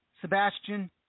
Sebastian